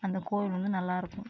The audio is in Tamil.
அந்த கோயில் வந்து நல்லா இருக்கும்